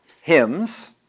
hymns